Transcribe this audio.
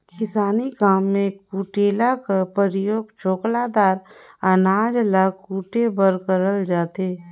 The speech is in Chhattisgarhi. किसानी काम मे कुटेला कर परियोग छोकला दार अनाज ल कुटे बर करल जाथे